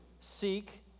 Seek